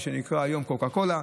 מה שנקרא היום קוקה קולה.